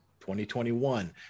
2021